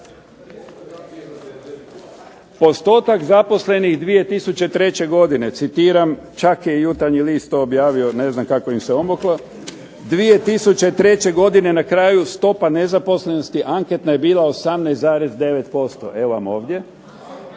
Postotak zaposlenih 2003. godine, citiram, čak je i Jutarnji list to objavio, ne znam kako im se omaklo, 2003. godine na kraju stopa nezaposlenosti anketna je bila 18,9%. Evo vam ovdje.